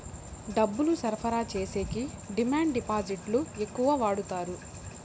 డబ్బులు సరఫరా చేసేకి డిమాండ్ డిపాజిట్లు ఎక్కువ వాడుతారు